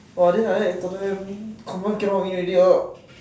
!wah! then like that Tottenham confirm cannot win already lor